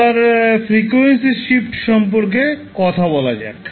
এবার frequency shift সম্পর্কে কথা বলা যাক